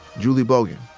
julie bogen,